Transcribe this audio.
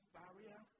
barrier